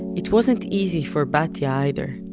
it wasn't easy for batya, either.